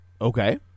Okay